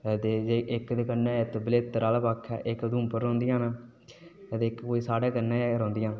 इक ते कन्नै एत बलेतर आह्लै पाखै इक उधमपुर रौंह्दियां न ते इक कोई साढ़े कन्नै गै रौंह्दियां न